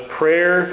prayer